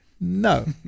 No